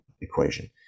equation